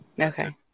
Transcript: Okay